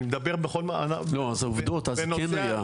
אני מדבר בכל --- העובדות שכן היה.